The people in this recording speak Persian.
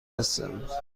هستم